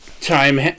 time